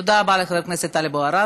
תודה רבה לחבר הכנסת טלב אבו עראר.